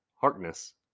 Harkness